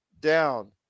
down